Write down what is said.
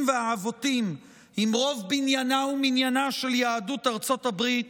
והעבותים עם רוב בניינה ומניינה של יהדות ארצות הברית